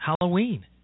Halloween